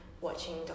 watching